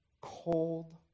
cold